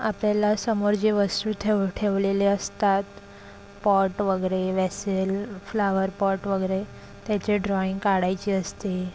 आपल्याला समोर जे वस्तू ठेव ठेवलेले असतात पॉट वगैरे वेसेल फ्लॉवर पॉट वगैरे त्याचे ड्रॉईंग काढायची असते